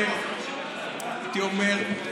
הייתי אומר,